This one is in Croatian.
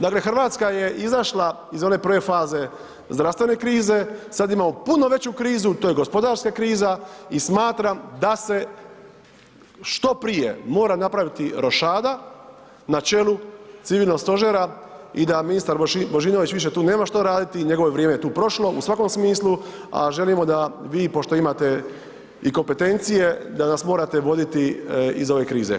Dakle, Hrvatska je izašla iz one prve faze zdravstvene krize, sad imamo puno veću krizu to je gospodarska kriza i smatram da se što prije mora napraviti rošada na čelu civilnog stožera i da ministar Božinović više tu nema što raditi, njegovo je vrijeme tu prošlo u svakom smislu, a želimo da vi pošto imate i kompetencije, da nas morate voditi iz ove krize.